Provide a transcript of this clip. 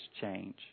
change